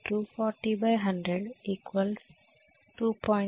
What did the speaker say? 4 ampere అని చెప్పగలను